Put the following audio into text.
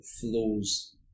flows